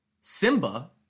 Simba